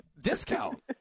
Discount